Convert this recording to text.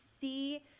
see